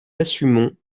assumons